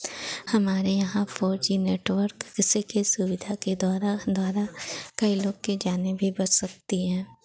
हमारे यहाँ four G network इसी के सुविधा के द्वारा द्वारा कई लोग की जानें भी बच सकती हैं